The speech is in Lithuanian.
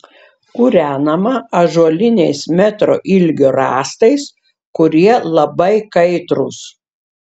kūrenama ąžuoliniais metro ilgio rąstais kurie labai kaitrūs